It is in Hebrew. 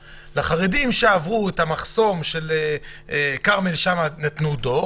לחרדים שעברו את המחסום של כרמל שאמה הם כן נתנו דוח,